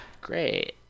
Great